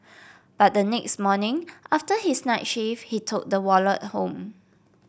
but the next morning after his night shift he took the wallet home